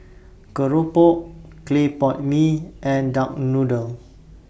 Keropok Clay Pot Mee and Duck Noodle